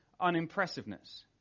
unimpressiveness